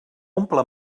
omple